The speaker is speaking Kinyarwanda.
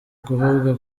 kuvuga